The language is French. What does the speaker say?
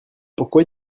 pourquoi